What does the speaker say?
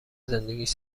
زندگیش